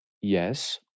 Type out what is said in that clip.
yes